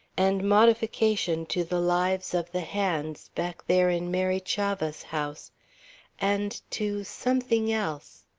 and modification to the lives of the hands back there in mary chavah's house and to something else.